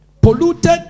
polluted